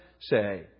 say